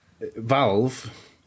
Valve